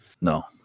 No